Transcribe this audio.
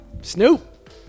Snoop